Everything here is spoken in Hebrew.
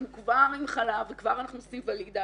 אנחנו כבר היום עם חלב וכבר אנחנו עושים ולדיציות.